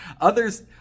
Others